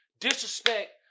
disrespect